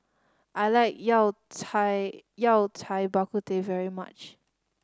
I like Yao Cai Yao Cai Bak Kut Teh very much